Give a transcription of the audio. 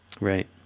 right